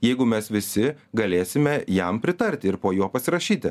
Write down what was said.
jeigu mes visi galėsime jam pritarti ir po jo pasirašyti